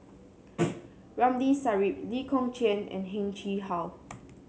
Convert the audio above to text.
Ramli Sarip Lee Kong Chian and Heng Chee How